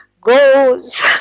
goes